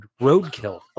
roadkill